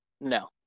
No